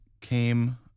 came